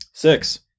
Six